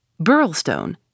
Burlstone